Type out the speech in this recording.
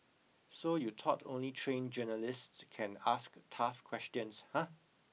so you thought only trained journalists can ask tough questions huh